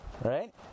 right